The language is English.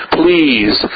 please